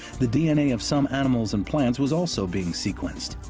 the d n a. of some animals and plants was also being sequenced.